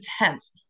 intense